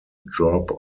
drop